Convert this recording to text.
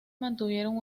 mantuvieron